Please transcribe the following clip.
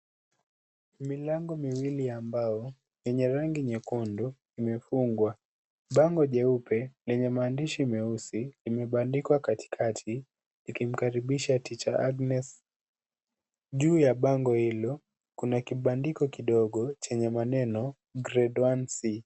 Milango miwili ya mbao yenye rangi nyekundu imefungwa. Bango jeupe lenye maandishi meusi limebandikwa katikati likimkaribisha teacher Agnes. Juu ya bango hilo kuna kibandiko kidogo chenye maneno Grade 1C.